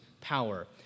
power